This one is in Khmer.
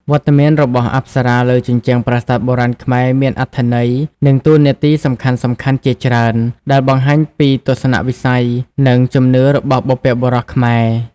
វត្តមានរបស់អប្សរាលើជញ្ជាំងប្រាសាទបុរាណខ្មែរ មានអត្ថន័យ និងតួនាទីសំខាន់ៗជាច្រើន ដែលបង្ហាញពីទស្សនៈវិស័យ និងជំនឿរបស់បុព្វបុរសខ្មែរ។